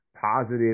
positive